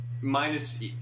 minus